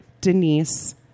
Denise